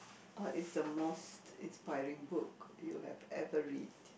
what is the most inspiring book you have ever read